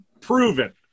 proven